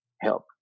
help